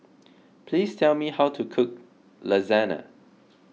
please tell me how to cook Lasagna